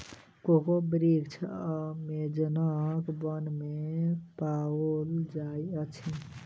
cocoa वृक्ष अमेज़नक वन में पाओल जाइत अछि